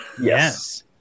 Yes